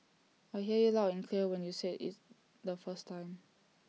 I heard you loud and clear when you said IT the first time